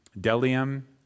Delium